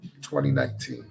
2019